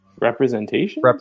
Representation